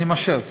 אני משעה אותו,